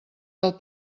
del